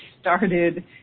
started